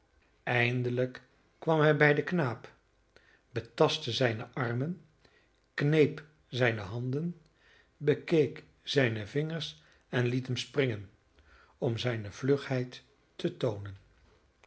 eindelijk kwam hij bij den knaap betastte zijne armen kneep zijne handen bekeek zijne vingers en liet hem springen om zijne vlugheid te toonen